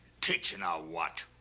teaching ah her what?